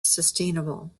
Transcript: sustainable